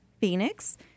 Phoenix